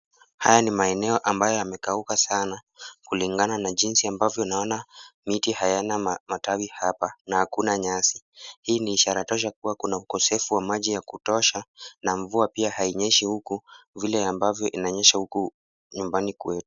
Haya ni maeneo ambayo yamekauka sana kulingana na jinsi ambavyo naona miti hayana matawi hapa na hakuna nyasi. Hii ni ishara tosha kuwa kuna ukosefu wa maji ya kutosha na mvua pia hainyeshi huku vile ambavyo inanyesha huko nyumbani kwetu.